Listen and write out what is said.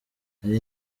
nari